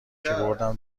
کیبوردم